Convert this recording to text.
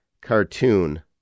cartoon